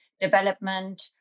development